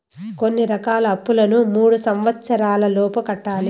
కొన్ని రకాల అప్పులను మూడు సంవచ్చరాల లోపు కట్టాలి